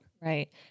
Right